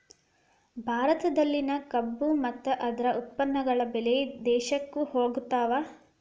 ಭಾರತದಲ್ಲಿನ ಕಬ್ಬು ಮತ್ತ ಅದ್ರ ಉತ್ಪನ್ನಗಳು ಬೇರೆ ದೇಶಕ್ಕು ಹೊಗತಾವ